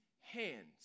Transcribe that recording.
hands